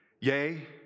Yea